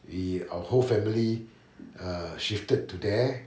we our whole family err shifted to there